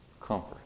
comfort